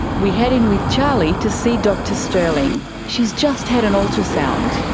we head in with charli to see dr stirling. she's just had an ultrasound.